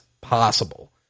possible